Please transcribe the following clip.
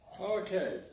Okay